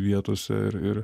vietose ir ir